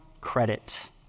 credit